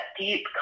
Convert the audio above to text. deep